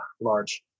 large